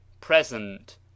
Present